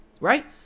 right